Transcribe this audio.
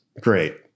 Great